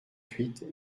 huit